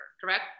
correct